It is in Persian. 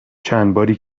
چندباری